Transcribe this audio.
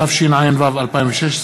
התשע"ו 2016,